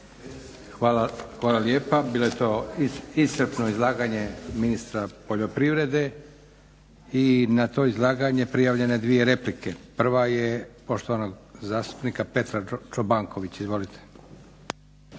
Hvala lijepa. Bilo je to iscrpno izlaganje ministra poljoprivrede i na to izlaganje prijavljene 2 replike. Prva je poštovanog zastupnika Petra Čobankovića. Izvolite.